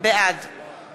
בעד